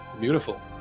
beautiful